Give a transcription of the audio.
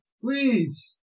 Please